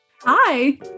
Hi